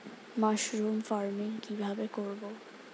Mushroom farming কি ভাবে করব?